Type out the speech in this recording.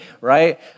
right